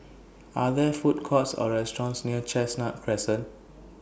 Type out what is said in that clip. Are There Food Courts Or restaurants near Chestnut Crescent